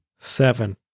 Seven